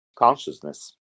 consciousness